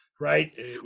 right